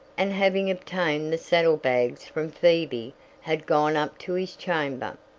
and having obtained the saddlebags from phoebe had gone up to his chamber.